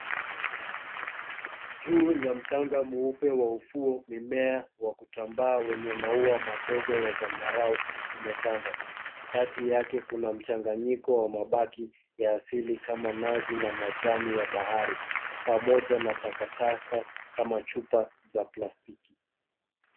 Juu ya mchanga mweupe wa ufuo mimea wa kutambaa wenye maua madogo ya zambarau umetanda kati yake kuna mchanganyiko wa mabaki ya asili kama nazi na majani ya bahari pamoja na takataka kama chupa za plastiki.